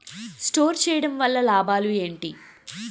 Store చేయడం వల్ల లాభాలు ఏంటి?